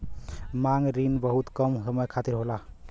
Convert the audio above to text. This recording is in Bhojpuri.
मांग रिन बहुत कम समय खातिर होला